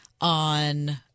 on